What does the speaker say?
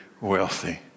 wealthy